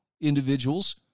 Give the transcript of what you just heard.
individuals